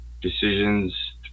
decisions